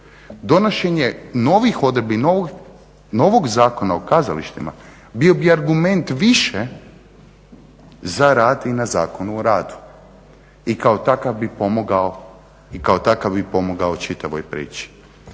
donošenje novih odredbi i novog Zakona o kazalištima bio bi argument više za rad i na Zakonu o radu i kao takav bi pomogao čitavoj priči.